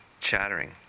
chattering